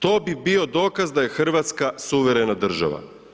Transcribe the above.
To bi bio dokaz da je Hrvatska suverena država.